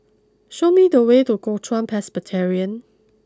show me the way to Kuo Chuan Presbyterian